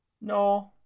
No